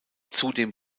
zudem